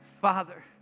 Father